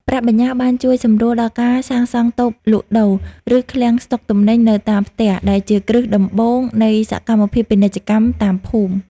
ប្រាក់បញ្ញើបានជួយសម្រួលដល់ការសាងសង់តូបលក់ដូរ ឬឃ្លាំងស្ដុកទំនិញនៅតាមផ្ទះ ដែលជាគ្រឹះដំបូងនៃសកម្មភាពពាណិជ្ជកម្មតាមភូមិ។